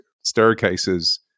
staircases